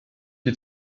die